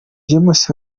james